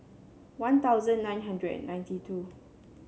One Thousand nine hundred and ninety two